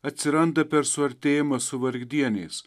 atsiranda per suartėjimą su vargdieniais